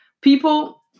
People